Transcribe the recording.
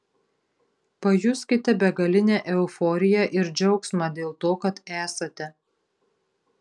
pajuskite begalinę euforiją ir džiaugsmą dėl to kad esate